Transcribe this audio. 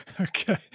Okay